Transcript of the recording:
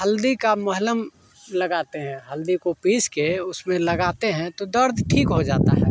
हल्दी का महलम लगाते हैं हल्दी को पीस कर उसमें लगाते हैं तो दर्द ठीक हो जाता है